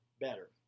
better